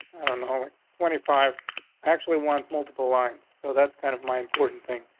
on the whole twenty five actually want multiple lines. so that's kind of my important thing.